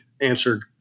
answered